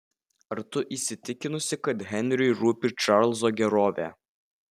ar tu įsitikinusi kad henriui rūpi čarlzo gerovė